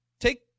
Take